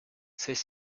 celle